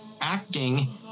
acting